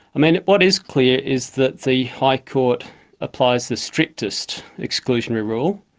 i mean, what is clear is that the high court applies the strictest exclusionary rule,